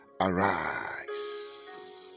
arise